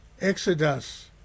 Exodus